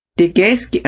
dick gasque. yeah